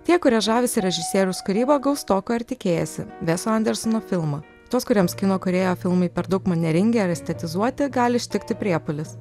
tie kurie žavisi režisieriaus kūryba gaus to ko ir tikėjosi veso anderseno filmą tuos kuriems kino kūrėjo filmai per daug manieringi ar estetizuoti gali ištikti priepuolis